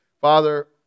Father